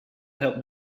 helped